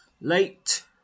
late